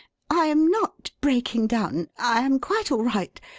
i am not breaking down. i am quite all right.